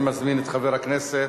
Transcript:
אני מזמין את חבר הכנסת